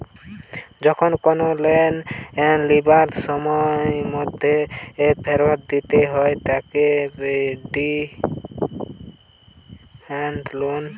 যখন কোনো লোন লিবার সময়ের মধ্যে ফেরত দিতে হয় তাকে ডিমান্ড লোন বলে